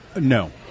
No